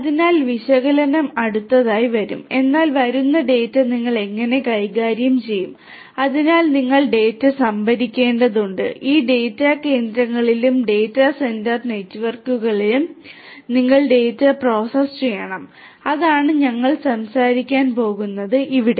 അതിനാൽ വിശകലനം അടുത്തതായി വരും എന്നാൽ വരുന്ന ഡാറ്റ നിങ്ങൾ എങ്ങനെ കൈകാര്യം ചെയ്യും അതിനാൽ നിങ്ങൾ ഡാറ്റ സംഭരിക്കേണ്ടതുണ്ട് ഈ ഡാറ്റ കേന്ദ്രങ്ങളിലും ഡാറ്റ സെന്റർ നെറ്റ്വർക്കുകളിലും നിങ്ങൾ ഡാറ്റ പ്രോസസ്സ് ചെയ്യണം അതാണ് ഞങ്ങൾ സംസാരിക്കാൻ പോകുന്നത് ഇവിടെ